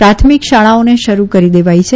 પ્રાથમિક શાળાઓને શરૂ કરી દેવાઈ છે